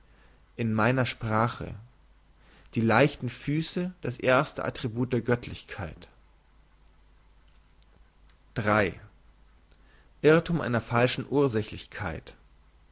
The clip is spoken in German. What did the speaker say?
in meiner sprache die leichten füsse das erste attribut der göttlichkeit irrthum einer falschen ursächlichkeit